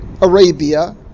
Arabia